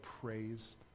praise